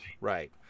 right